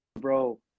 Bro